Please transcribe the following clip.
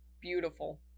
beautiful